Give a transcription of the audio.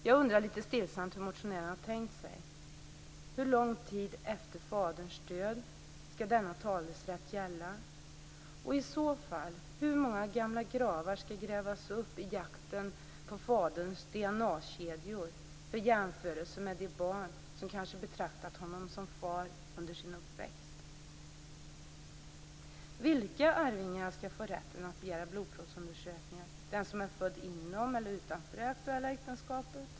Jag undrar lite stillsamt hur motionären har tänkt sig. Hur lång tid efter faderns död skall denna talerätt gälla? Hur många gamla gravar skall i så fall grävas upp i jakten på faderns DNA-kedjor för jämförelse med det barn som kanske betraktat honom som far under sin uppväxt? Vilka arvingar skall få rätten att begära blodprovsundersökningar, den som är född inom eller utanför det aktuella äktenskapet?